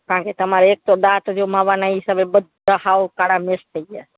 કારણ કે તમારે એક તો દાંત જો માવાના હિસાબે બધા સાવ કાળા મેંશ થઈ ગયા